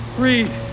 breathe